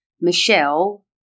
Michelle